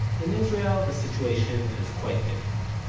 in israel the situation is quite different.